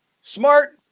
smart